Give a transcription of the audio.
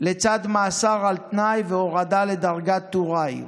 לצד מאסר על תנאי והורדה לדרגת טוראי.